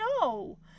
no